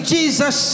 Jesus